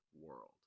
World